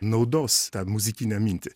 naudos tą muzikinę mintį